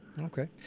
Okay